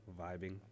Vibing